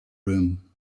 room